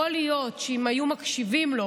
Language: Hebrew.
יכול להיות שאם היו מקשיבים לו,